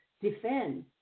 defend